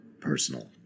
Personal